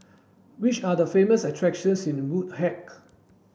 which are the famous attractions in Windhoek